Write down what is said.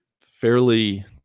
fairly